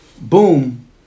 boom